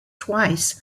twice